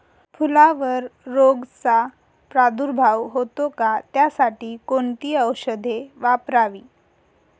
फुलावर रोगचा प्रादुर्भाव होतो का? त्यासाठी कोणती औषधे वापरावी?